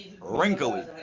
wrinkly